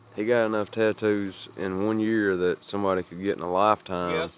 he got enough tattoos in one year that somebody could get in a lifetime yes,